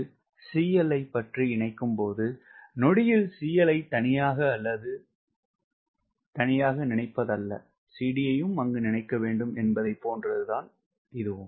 இது CLஐ பற்றி இணைக்கும் போது நொடியில் CL ஐ தனியாக அல்ல CD யும் நினைக்க வேண்டும் என்பதை போன்றது ஆகும்